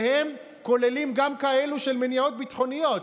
שהם כוללים גם כאלה של מניעות ביטחוניות,